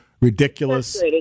ridiculous